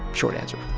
short answer